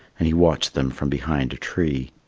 and he watched them from behind a tree.